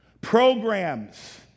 Programs